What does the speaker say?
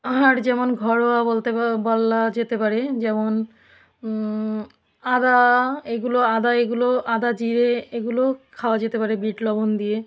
আর যেমন ঘরোয়া বলতে বলা যেতে পারে যেমন আদা এগুলো আদা এগুলো আদা জিরে এগুলো খাওয়া যেতে পারে বিট লবণ দিয়ে